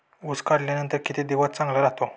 ऊस काढल्यानंतर किती दिवस चांगला राहतो?